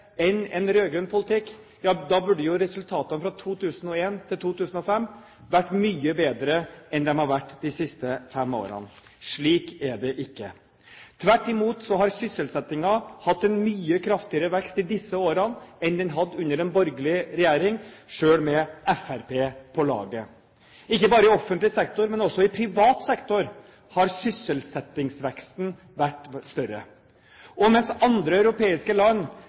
enn en rød-grønn politikk, burde jo resultatene fra 2001 til 2005 vært mye bedre enn de har vært de siste fem årene. Slik er det ikke. Tvert imot har sysselsettingen hatt en mye kraftigere vekst i disse årene enn den hadde under en borgerlig regjering, selv med Fremskrittspartiet på laget. Ikke bare i offentlig sektor, men også i privat sektor har sysselsettingsveksten vært større. Og mens andre europeiske land